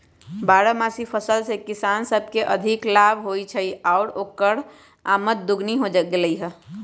बारहमासी फसल से किसान सब के अधिक लाभ होई छई आउर ओकर आमद दोगुनी हो गेलई ह